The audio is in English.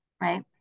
right